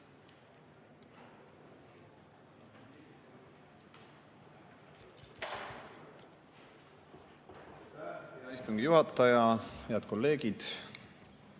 istungi juhataja! Head kolleegid!